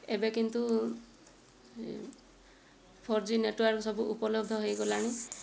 ଏବେ କିନ୍ତୁ four G network ସବୁ ଉପଲବ୍ଧ ହୋଇଗଲାଣି